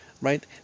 right